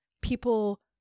people